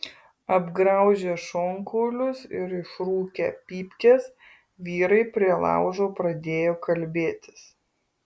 apgraužę šonkaulius ir išrūkę pypkes vyrai prie laužo pradėjo kalbėtis